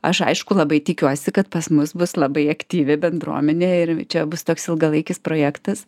aš aišku labai tikiuosi kad pas mus bus labai aktyvi bendruomenė ir čia bus toks ilgalaikis projektas